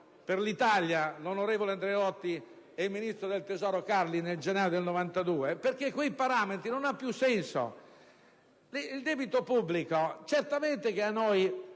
Grazie,